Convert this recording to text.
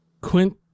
Quint